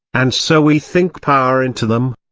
and so we think power into them.